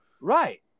right